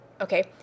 okay